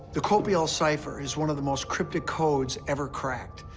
the copiale cipher is one of the most cryptic codes ever cracked,